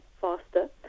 faster